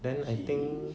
then I think